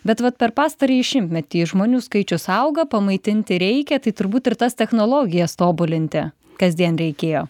bet vat per pastarąjį šimtmetį žmonių skaičius auga pamaitinti reikia tai turbūt ir tas technologijas tobulinti kasdien reikėjo